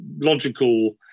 logical